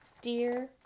Dear